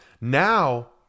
Now